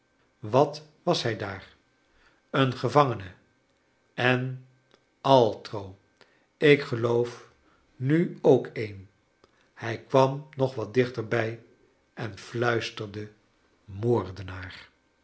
wat was liij daar een gevangene en altro ik geloof nu ook een hij kwam ncg wat dichter bij en fluisterde moordenaar